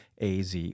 AZ